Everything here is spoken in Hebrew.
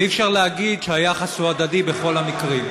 ואי-אפשר להגיד שהיחס הוא הדדי בכל המקרים.